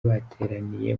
bateraniye